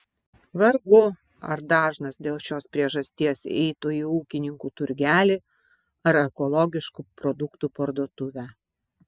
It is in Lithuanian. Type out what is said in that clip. vargu ar dažnas dėl šios priežasties eitų į ūkininkų turgelį ar ekologiškų produktų parduotuvę